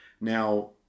Now